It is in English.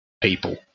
people